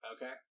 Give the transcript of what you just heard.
Okay